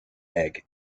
egg